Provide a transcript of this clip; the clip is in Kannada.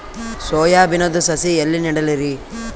ಸೊಯಾ ಬಿನದು ಸಸಿ ಎಲ್ಲಿ ನೆಡಲಿರಿ?